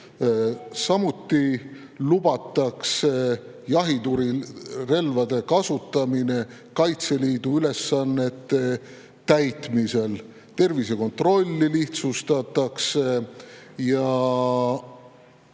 Samuti lubatakse jahitulirelvade kasutamine Kaitseliidu ülesannete täitmisel. Tervisekontrolli lihtsustatakse.